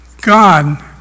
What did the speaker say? God